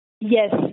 Yes